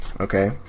Okay